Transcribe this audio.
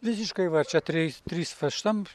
visiškai va čia trys trys va šitam